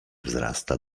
wzrasta